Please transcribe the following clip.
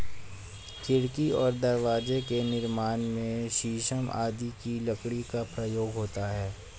खिड़की और दरवाजे के निर्माण में शीशम आदि की लकड़ी का प्रयोग होता है